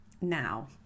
now